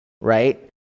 Right